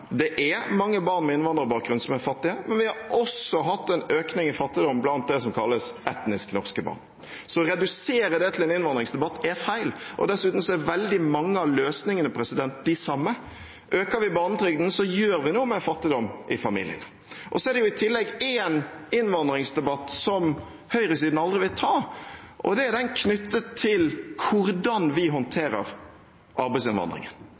Det er mange barn med innvandrerbakgrunn som er fattige, men vi har også hatt en økning i fattigdom blant dem som kalles etnisk norske barn. Å redusere det til en innvandringsdebatt er feil. Dessuten er veldig mange av løsningene de samme. Øker vi barnetrygden, gjør vi noe med fattigdom i familiene. I tillegg er det én innvandringsdebatt som høyresiden aldri vil ta, og det er den som er knyttet til hvordan vi håndterer arbeidsinnvandringen.